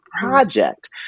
project